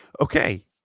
Okay